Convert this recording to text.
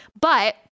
But-